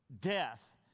death